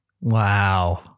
Wow